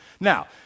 Now